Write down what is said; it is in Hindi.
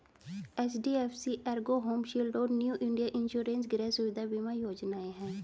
एच.डी.एफ.सी एर्गो होम शील्ड और न्यू इंडिया इंश्योरेंस गृह सुविधा बीमा योजनाएं हैं